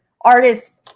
artists